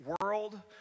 world